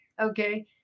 Okay